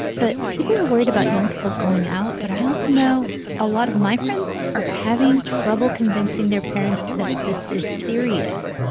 but people are worried about young people going out, but i also know a lot of my friends are having trouble convincing their parents that this is serious.